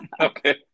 Okay